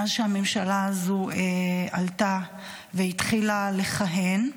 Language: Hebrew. מאז שהממשלה הזו עלתה והתחילה לכהן,